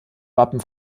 wappen